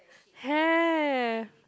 have